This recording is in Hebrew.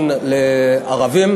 השוויון לערבים,